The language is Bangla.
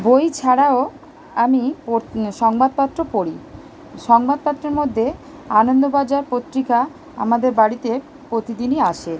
বই ছাড়াও আমি পড় সংবাদপত্র পড়ি সংবাদপত্রের মধ্যে আনন্দবাজার পত্রিকা আমাদের বাড়িতে প্রতিদিনই আসে